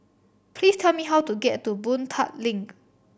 please tell me how to get to Boon Tat Link